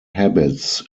habits